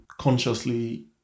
consciously